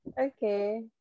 Okay